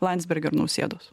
landsbergio ir nausėdos